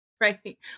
Right